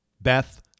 Beth